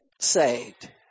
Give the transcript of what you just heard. saved